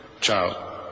Ciao